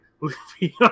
Luffy